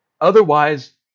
Otherwise